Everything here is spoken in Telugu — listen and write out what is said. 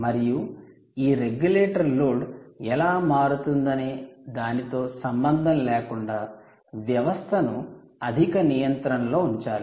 మరియు ఈ రెగ్యులేటర్ లోడ్ ఎలా మారుతుందనే అనేదానితో సంబంధం లేకుండా వ్యవస్థను అధిక నియంత్రణ లో ఉంచాలి